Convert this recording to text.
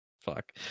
Fuck